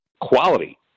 quality